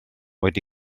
wedi